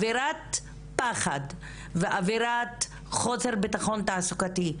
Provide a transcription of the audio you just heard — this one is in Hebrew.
אווירת פחד וחוסר ביטחון תעסוקתי,